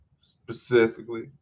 specifically